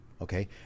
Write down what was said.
Okay